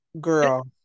girl